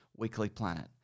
weeklyplanet